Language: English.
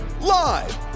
live